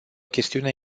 chestiune